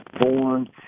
born